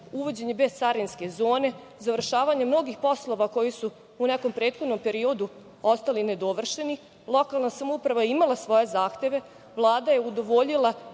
uvođenje bescarinske zone, završavanje mnogih poslova koji su u nekom prethodnom periodu ostali nedovršeni. Lokalna samouprava je imala i svoje zahteve, kojima je Vlada udovoljila